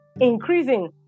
increasing